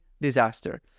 disaster